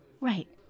Right